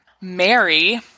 Mary